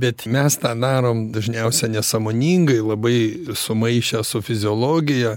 bet mes tą darom dažniausia nesąmoningai labai sumaišę su fiziologija